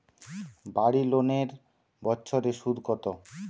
বাড়ি লোনের বছরে সুদ কত?